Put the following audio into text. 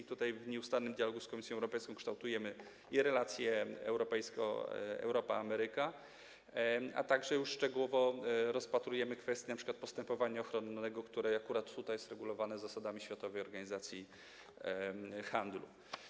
I tutaj w nieustannym dialogu z Komisją Europejską kształtujemy relacje Europa - Ameryka, a także szczegółowo rozpatrujemy kwestie np. postępowania ochronnego, które tutaj akurat jest regulowane zasadami Światowej Organizacji Handlu.